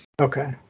Okay